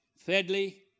Thirdly